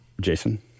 Jason